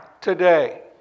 today